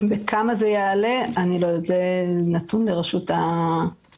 אני לא יודעת בכמה זה יעלה, זה נתון לרשות החשמל.